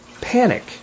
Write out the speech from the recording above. panic